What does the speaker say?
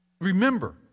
Remember